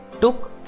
took